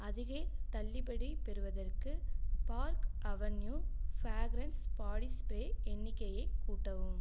அதிகத் தள்ளுபடி பெறுவதற்கு park avenue fragrance body spray எண்ணிக்கையை கூட்டவும்